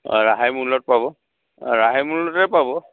অঁ ৰেহাই মূল্য়ত পাব অঁ ৰেহাই মূল্য়তে পাব